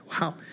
Wow